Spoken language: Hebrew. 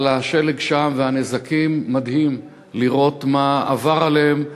אבל השלג שם והנזקים מדהים לראות מה עבר עליהם.